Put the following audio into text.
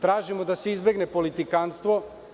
Tražimo da se izbegne politikanstvo.